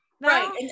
Right